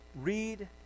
read